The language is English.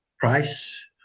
price